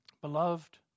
beloved